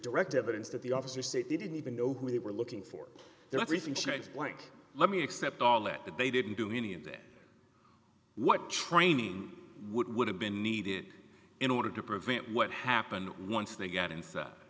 direct evidence that the officers state didn't even know who they were looking for their everything shaped like let me accept all it that they didn't do any of that what training would have been needed in order to prevent what happened once they got into